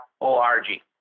o-r-g